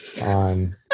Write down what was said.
on